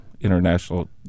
international